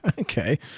Okay